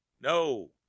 no